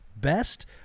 best